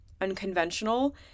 unconventional